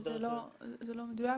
לא דרך -- זה לא מדויק.